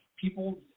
people